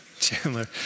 Chandler